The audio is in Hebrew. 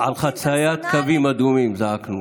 על חציית קווים אדומים זעקנו